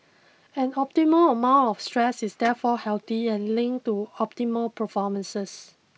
an optimal amount of stress is therefore healthy and linked to optimal performance